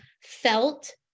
felt